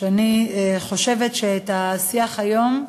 ואני חושבת שהשיח היום,